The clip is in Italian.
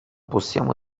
possiamo